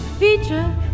feature